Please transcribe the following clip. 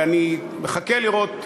ואני מחכה לראות,